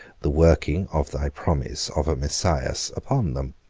the working of thy promise of a messias upon them.